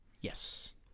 Yes